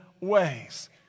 ways